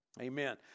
Amen